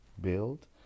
build